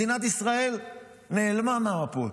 מדינת ישראל נעלמה מהמפות.